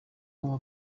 como